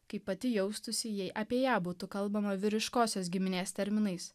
kaip pati jaustųsi jei apie ją būtų kalbama vyriškosios giminės terminais